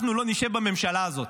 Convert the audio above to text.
אנחנו לא נשב בממשלה הזאת.